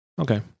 okay